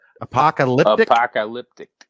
Apocalyptic